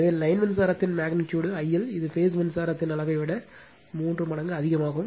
எனவே லைன் மின்சாரத்தின் magnitude IL இது பேஸ் மின்சாரத்தின் அளவை விட 3 மடங்கு அதிகமாகும்